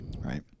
Right